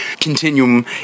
continuum